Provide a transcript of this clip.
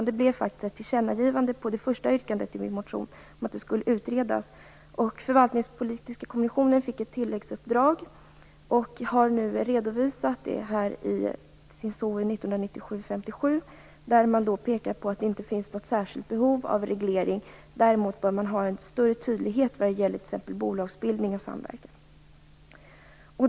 Det blev faktiskt ett tillkännagivande av det första yrkandet i min motion om en utredning. Förvaltningspolitiska kommissionen fick ett tilläggsuppdrag, som nu har redovisats i SOU 1997:57. Där pekar man på att det inte finns något särskilt behov av reglering men att man däremot bör ha en större tydlighet vad gäller t.ex. bolagsbildning och samverkan.